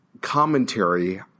commentary